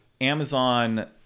Amazon